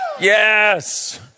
Yes